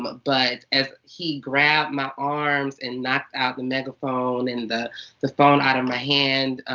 um but as he grabbed my arms, and knocked out the megaphone, and the the phone out of my hand,